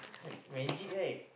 magic right